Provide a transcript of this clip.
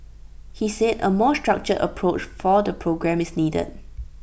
he said A more structured approach for the programme is needed